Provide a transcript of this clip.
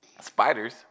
spiders